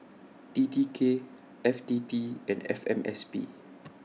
T T K F T T and F M S P